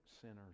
sinners